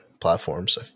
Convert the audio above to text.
platforms